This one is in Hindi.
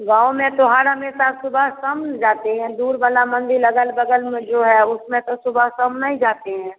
गाँव में तो हर हमेशा सुबह शाम न जाते हैं दूर वाला मंदिर अगल बगल में जो है उसमें तो सुबह शाम नहीं जाते हैं